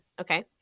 okay